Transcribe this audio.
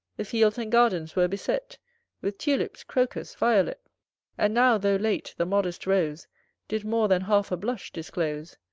the fields and gardens were beset with tulips, crocus, violet and now, though late, the modest rose did more than half a blush disclose.